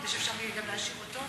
כדי שיהיה אפשר גם להשאיר אותו?